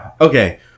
okay